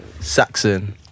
Saxon